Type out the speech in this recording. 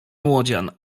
młodzian